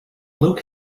luke